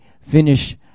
finish